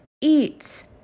eats